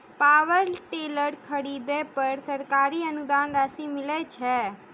Power tiller खरीदे पर सरकारी अनुदान राशि मिलय छैय?